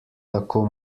tako